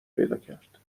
پیداکرد